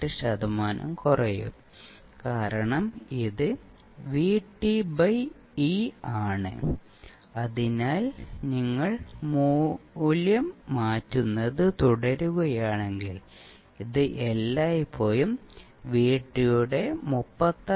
8 ശതമാനം കുറയും കാരണം ഇത് Vt by e ആണ് അതിനാൽ നിങ്ങൾ മൂല്യം മാറ്റുന്നത് തുടരുകയാണെങ്കിൽ ഇത് എല്ലായ്പ്പോഴും Vt യുടെ 36